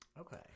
Okay